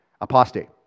apostate